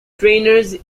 trainers